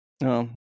No